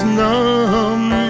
numb